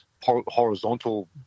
horizontal